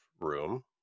room